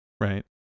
Right